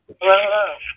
Hello